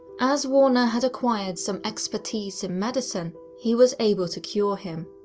as warner had acquired some expertise in medicine, he was able to cure him.